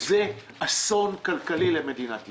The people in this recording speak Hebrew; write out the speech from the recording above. זה אסון כלכלי למדינת ישראל.